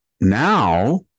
now